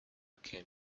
came